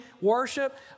worship